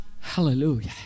Hallelujah